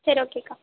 சரி ஓகேக்கா